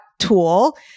Tool